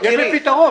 יקירי.